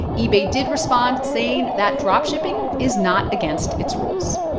ebay did respond saying that drop shipping is not against its rules